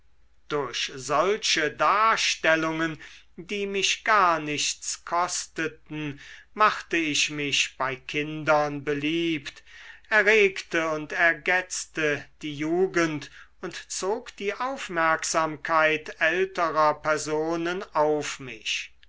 durch solche darstellungen die mich gar nichts kosteten machte ich mich bei kindern beliebt erregte und ergetzte die jugend und zog die aufmerksamkeit älterer personen auf mich